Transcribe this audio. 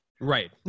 Right